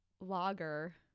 lager